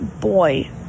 boy